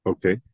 Okay